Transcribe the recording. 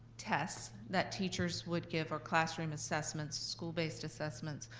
tests that teachers would give, or classroom assessments, school-based assessments,